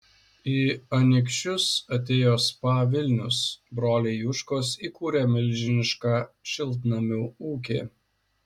į anykščius atėjo spa vilnius broliai juškos įkūrė milžinišką šiltnamių ūkį